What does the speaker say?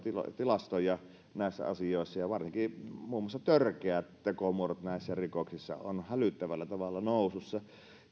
tilastoja näistä asioista ja varsinkin muun muassa törkeät tekomuodot näissä rikoksissa ovat hälyttävällä tavalla nousussa